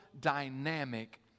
dynamic